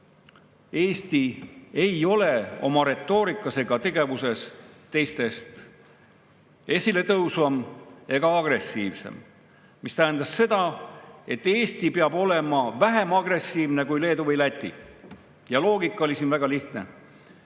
Eesti oma retoorikas ega tegevuses esiletõusvam ega agressiivsem. Mis tähendas seda, et Eesti peab olema vähem agressiivne kui Leedu või Läti. Ja loogika oli siin väga lihtne.